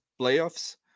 playoffs